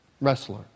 wrestler